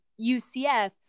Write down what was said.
UCF